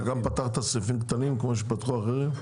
אתה גם פתחת סניפים קטנים כמו שפתחו אחרים?